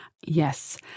Yes